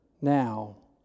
now